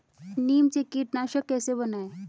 नीम से कीटनाशक कैसे बनाएं?